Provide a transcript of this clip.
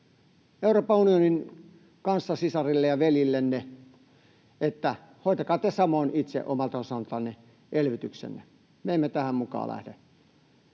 Euroopan unionin kanssasisarillenne ja ‑veljillenne, että hoitakaa te samoin itse omalta osaltanne elvytyksenne, me emme tähän mukaan lähde.